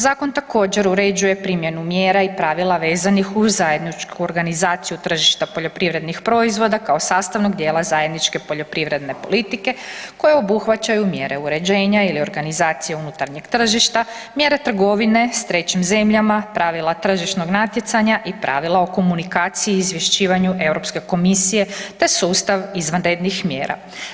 Zakon također uređuje primjenu mjera i pravila vezanih uz zajedničku organizaciju tržišta poljoprivrednih proizvoda kao sastavnog dijela zajedničke poljoprivredne politike koje obuhvaćaju mjere uređenja ili organizacije unutarnjeg tržišta, mjere trgovine s trećim zemljama, pravila tržišnog natjecanja i pravila o komunikaciji i izvješćivanju Europske komisije, te sustav izvanrednih mjera.